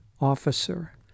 Officer